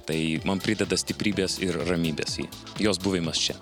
tai man prideda stiprybės ir ramybės jos buvimas čia